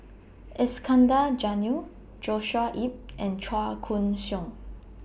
Iskandar Jalil Joshua Ip and Chua Koon Siong